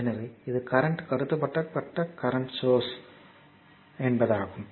எனவே இது கரண்ட் கட்டுப்படுத்தப்பட்ட கரண்ட் சோர்ஸ் CCCS ஆகும்